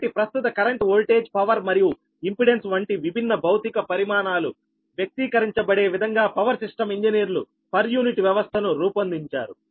కాబట్టి ప్రస్తుత current voltage power మరియు ఇంపెడెన్స్ వంటి విభిన్న భౌతిక పరిమాణాలు వ్యక్తీకరించబడే విధంగా power system engineers per unit వ్యవస్థను రూపొందించారు